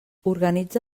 organitza